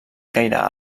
gaire